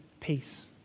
peace